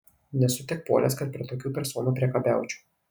nesu tiek puolęs kad prie tokių personų priekabiaučiau